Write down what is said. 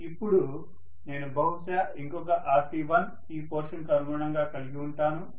ఇప్పుడు నేను బహుశా ఇంకొక Rc1ఈ పోర్షన్ కు అనుగుణంగా కలిగివుంటాను